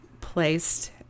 placed